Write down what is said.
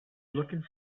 looking